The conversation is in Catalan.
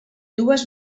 dues